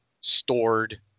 stored